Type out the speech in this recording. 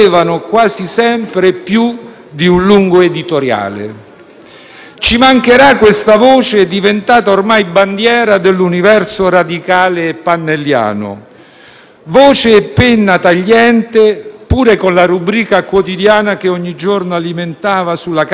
Ci mancherà questa voce, diventata ormai bandiera dell'universo radicale e pannelliano, voce e penna tagliente pure con la rubrica quotidiana che ogni giorno alimentava sulla carta stampata, non sempre condivisibile